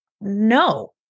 no